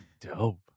Dope